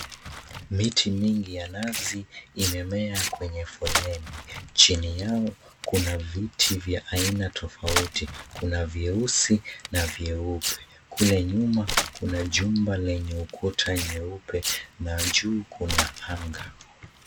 Miti mingi ya nazi, imemea kwenye foleni. Chini yao, kuna viti vya aina tofauti. Kuna vyeusi na vyeupe. Kule nyuma, kuna jumba lenye ukuta nyeupe na juu kuna anga.